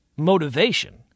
motivation